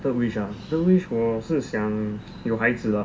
third wish ah third wish 我是想有孩子 lah